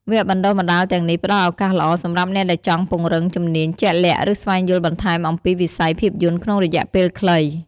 វគ្គបណ្ដុះបណ្ដាលទាំងនេះផ្ដល់ឱកាសល្អសម្រាប់អ្នកដែលចង់ពង្រឹងជំនាញជាក់លាក់ ឬស្វែងយល់បន្ថែមអំពីវិស័យភាពយន្តក្នុងរយៈពេលខ្លី។